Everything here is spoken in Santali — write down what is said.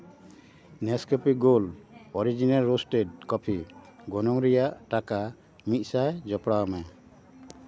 ᱱᱮᱥ ᱠᱚᱯᱤ ᱜᱳᱞᱰ ᱚᱨᱤᱡᱤᱱᱟᱞ ᱨᱳᱥᱴᱮᱰ ᱠᱚᱯᱷᱤ ᱜᱚᱱᱚᱝ ᱨᱮᱭᱟᱜ ᱴᱟᱠᱟ ᱢᱤᱫ ᱥᱟᱭ ᱡᱚᱯᱲᱟᱣ ᱢᱮ